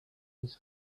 was